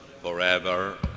forever